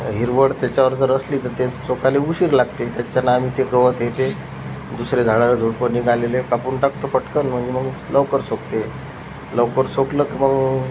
हिरवळ त्याच्यावर जर असली तर तेच सुकायला उशीर लागते त्याच्यानं आम्ही ते गवत हे ते दुसऱ्या झाडाला झुडपं निघालेले कापून टाकतो पटकन म्हणजे मग लवकर सुकते लवकर सुकलं की मग